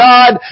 God